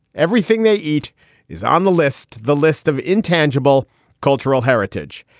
everything they eat is on the list. the list of intangible cultural heritage.